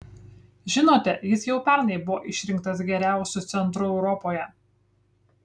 žinote jis jau pernai buvo išrinktas geriausiu centru europoje